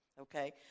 okay